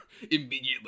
immediately